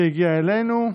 שהגיע אלינו.